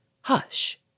Hush